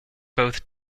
both